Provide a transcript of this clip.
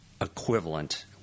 equivalent